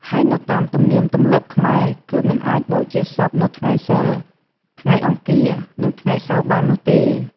ហើយនៅតាមទន្លៀមទំលាប់ខ្មែរគឺមិនអាចបូជាសពនៅថ្ងៃសីល ថ្ងៃអង្គារនិងថ្ងៃសៅរ៍បាននោះទេ។